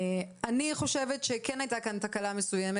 אני חושבת שכן הייתה כאן תקלה מסוימת